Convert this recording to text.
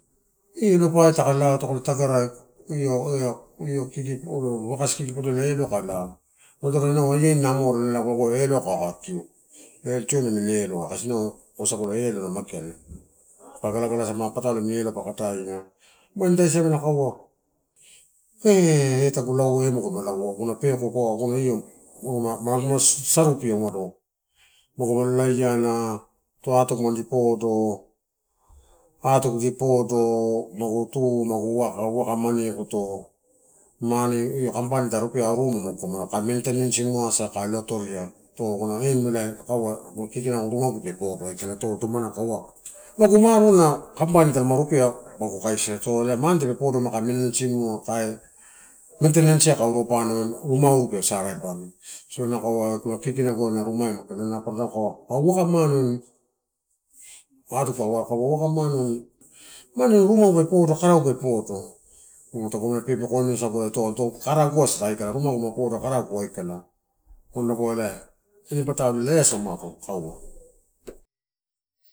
Elo-elopai takalo tagara io-io-io kiki uakasi podoiai elo ai kau lago, adorola inau aniani na amorela lago kau eloai babakikiu eh tioni amini eloai. Kasi inau usagu elo na mageala. Galagala ma taka patolo amini elo kai kadaia wain ida siamela kaua, kee eh tagu laua eh magulama laua aguna peko pua aguna io, aguna saropia magu u waiana, tuatugu i podo, atugu i podo, magu tu magu uwaka mane eguto mane i company ta rupea auaumagugomoa kai maintenance moa asa kai alo atoria ito aguna aim kaua kee inau rumagu pe palo aka. Ito domala kaua magu maruala na company talama rupea magu kaisi. So ela mane tape podo kai maintenanceimua kai maintenance ai kai iru abana ruma aru pe sarabana. So ela kaua kikinaguai ena eh rumaua paparataim kaua kai uwaka mane, atugu kai uaredia ma taupe uwaka mane ma rumau pe podo karau pe podo. Tu tagu amela pepeko wainasagu ito karagu asa aikala rumagu ma podo karagu logo ela ine patalo elaiasa umado kaua.